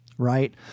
Right